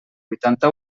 vuitanta